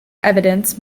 evidence